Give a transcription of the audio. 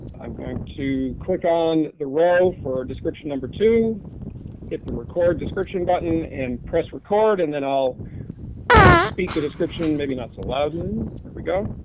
i'm going to click on the row for description number two hit the recorded description button and press record and then i'll speak the description maybe not so loudly, here we go.